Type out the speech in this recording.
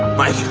maya,